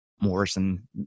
Morrison